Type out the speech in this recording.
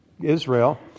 Israel